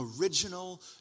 Original